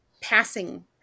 passing